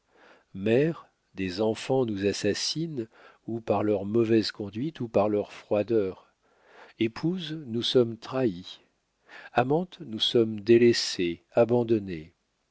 mères des enfants nous assassinent ou par leur mauvaise conduite ou par leur froideur épouses nous sommes trahies amantes nous sommes délaissées abandonnées